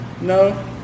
No